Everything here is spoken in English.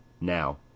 Now